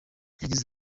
yagize